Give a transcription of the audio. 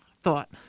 thought